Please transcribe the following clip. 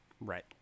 right